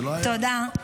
תודה.